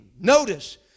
Notice